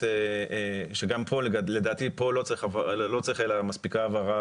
למרכז הישיבה לדעתי כאן מספיקה הבהרה